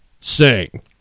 sing